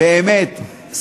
באמת,